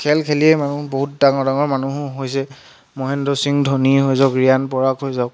খেল খেলিয়ে মানুহ বহুত ডাঙৰ ডাঙৰ মানুহো হৈছে মহেন্দ্ৰ সিং ধোনিয়ে হৈ যাওক ৰিয়ান পৰাগ হৈ যাওক